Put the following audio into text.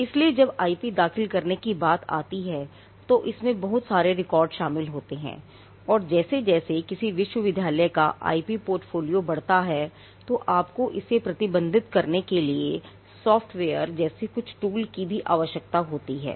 इसलिए जब आईपी दाखिल करने की बात आती है तो इसमें बहुत सारे रिकॉर्ड शामिल होते हैं और जैसे जैसे किसी विश्वविद्यालय का आईपी पोर्टफोलियो बढ़ता है तब आपको इसे प्रबंधित करने के लिए सॉफ्टवेयर जैसे कुछ टूल की भी आवश्यकता होगी